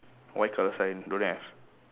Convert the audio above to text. white colour sign don't have